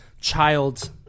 child